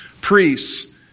priests